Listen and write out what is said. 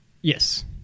Yes